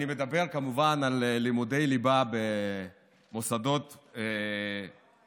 אני מדבר כמובן על לימודי ליבה במוסדות חרדיים.